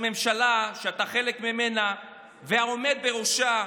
הממשלה שאתה חלק ממנה והעומד בראשה,